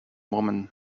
woman